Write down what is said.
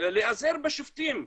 להיעזר בשופטים.